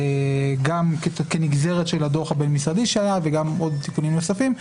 גם במסגרת הדוח הבין-משרדי שלה וגם בכול מיני תיקונים נוספים.